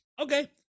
okay